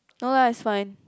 no lah it's fine